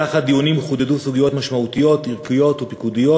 במהלך הדיונים חודדו סוגיות משמעותיות ערכית ופיקודית